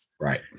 Right